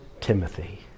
Timothy